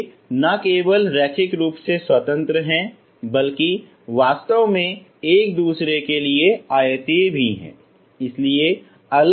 वे न केवल रैखिक रूप से स्वतंत्र हैं बल्कि वास्तव में एक दूसरे के लिए आयतीय भी हैं